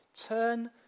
Turn